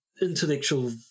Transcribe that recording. intellectual